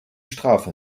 strafe